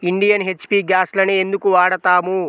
Indian, HP గ్యాస్లనే ఎందుకు వాడతాము?